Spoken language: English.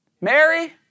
Mary